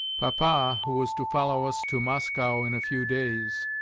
papa, who was to follow us to moscow in a few days,